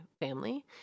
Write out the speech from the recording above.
family